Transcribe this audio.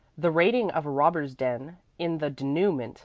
the raiding of a robbers' den in the denouement,